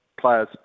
players